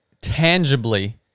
tangibly